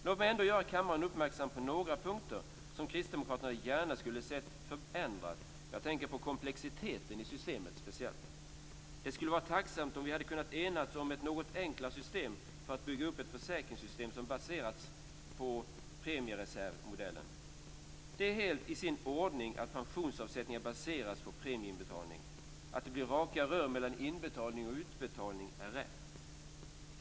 Låt mig ändå göra kammaren uppmärksam på några punkter som Kristdemokraterna gärna skulle ha sett förändrade. Jag tänker speciellt på komplexiteten i systemet. Det skulle vara tacksamt om vi hade kunnat enas om ett något enklare system för att bygga upp ett försäkringssystem som baserades på premiereservsmodellen. Det är helt i sin ordning att pensionsavsättningarna baseras på premieinbetalningen. Att det blir "raka rör" mellan inbetalning och utbetalning är rätt.